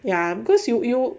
ya because you you